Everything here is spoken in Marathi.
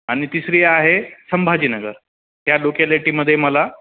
आणि तिसरी आहे संभाजीनगर त्या लोकॅलिटीमध्ये मला